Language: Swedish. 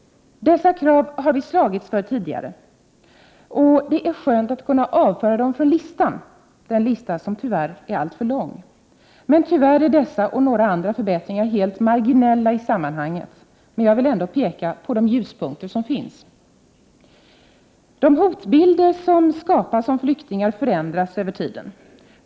Dessa krav har vi slagits för tidigare. Det är skönt att kunna avföra dem från listan, den lista som tyvärr är alltför lång. Tyvärr är dessa, och några andra förbättringar, helt marginella i sammanhanget, men jag vill ändå peka på de ljuspunkter som finns. De hotbilder som skapas om flyktingar förändras med tiden.